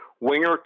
winger